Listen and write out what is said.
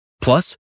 Plus